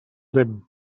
him